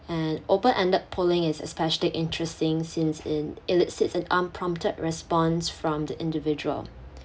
and open-ended polling is especially interesting since it elicits an unprompted response from the individual